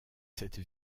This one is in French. cette